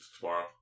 Tomorrow